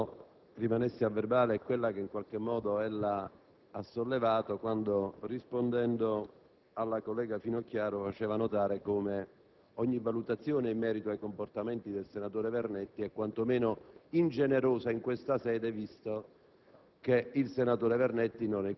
la prima questione che volevo rimanesse a verbale è quella che ella ha sollevato quando, rispondendo alla collega Finocchiaro, faceva notare come ogni valutazione in merito ai comportamenti del senatore Vernetti sia quanto meno ingenerosa in questa sede, visto